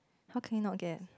how can you not get